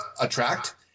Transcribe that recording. attract